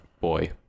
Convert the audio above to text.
Boy